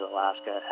Alaska